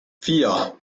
vier